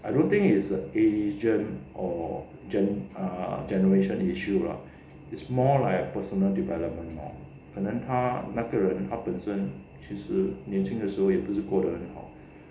I don't think is a asian or gen~ ah generation issue lah it's more like a personal development lor 可能他那个人他本身其实年轻的时候也不是过得很好